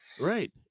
Right